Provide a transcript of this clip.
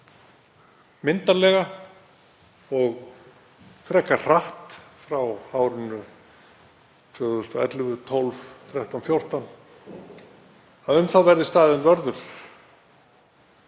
myndarlega og frekar hratt frá árinu 2011, 2012, 2013, 2014, verði staðinn vörður.